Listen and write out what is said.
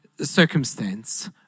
circumstance